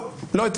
לא, לא אתן.